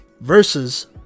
versus